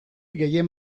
gehien